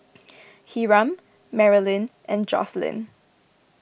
Hiram Maralyn and Jocelynn